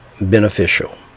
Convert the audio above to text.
beneficial